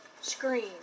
screen